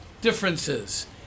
differences